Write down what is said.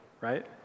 right